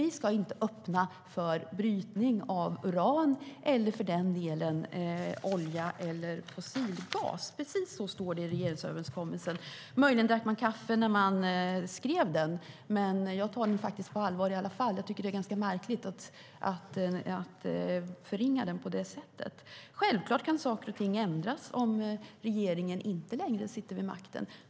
Vi ska inte öppna för brytning av uran eller för den delen olja eller fossilgas. Precis så står det i regeringsöverenskommelsen. Möjligen drack man kaffe när man skrev den, men jag tar den på allvar i varje fall. Det är ganska märkligt att förringa den på det sättet. Självklart kan saker och ting ändras om regeringen inte längre sitter vid makten.